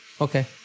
Okay